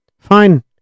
fine